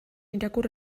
irakur